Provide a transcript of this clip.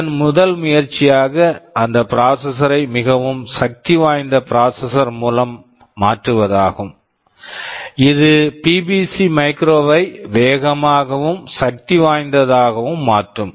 இதன் முதல் முயற்சியாக அந்த ப்ராசசர் processor ஐ மிகவும் சக்திவாய்ந்த ப்ராசசர் processor மூலம் மாற்றுவதாகும் இது பிபிசி மைக்ரோ BBC micro வை வேகமாகவும் சக்திவாய்ந்ததாகவும் மாற்றும்